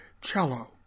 Cello